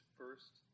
first